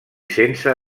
sense